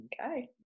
Okay